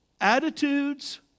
attitudes